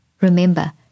Remember